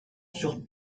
sur